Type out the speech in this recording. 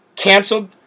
canceled